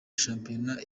shampiyona